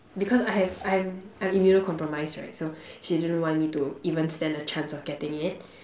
because I have I'm I'm immunocompromised right so she didn't want me to even stand a chance of getting it